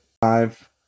five